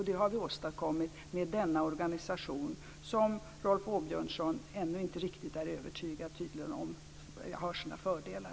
Det har vi åstadkommit med denna organisation, som Rolf Åbjörnsson tydligen ännu inte är riktigt övertygad om men som har sina fördelar.